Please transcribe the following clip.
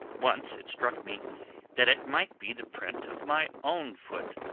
once it struck me that it might be the print of my own foot,